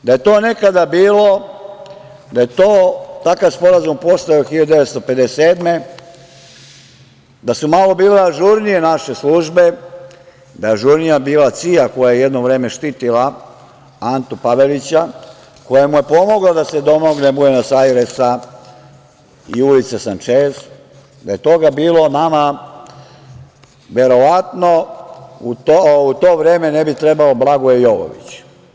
Da je to nekada bilo, da je takav sporazum postojao 1957. godine, da su malo bile ažurnije naše službe, da je ažurnija bila CIA koja je jedno vreme štitila Antu Pavelića, koja mu je pomogla da se domogne Buenos Ajresa i ulice Sančez, da je toga bilo nama verovatno u to vreme ne bi trebao Blagoje Jovović.